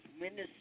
Minister